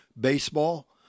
baseball